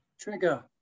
Trigger